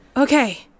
Okay